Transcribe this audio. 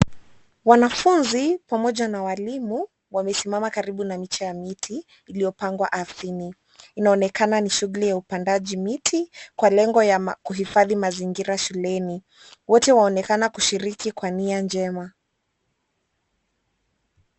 Wanafunzi pamoja na walimu wamesimama karibu na miche ya miti iliyopangwa ardhini. Inaonekana ni shughuli ya upandaji wa miti kwa lengo ya kuhifadhi mazingira shuleni. Wote waonekana kushiriki kwa nia njema.